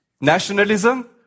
nationalism